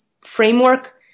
framework